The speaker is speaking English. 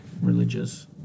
religious